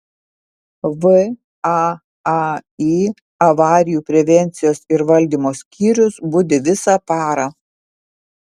vaai avarijų prevencijos ir valdymo skyrius budi visą parą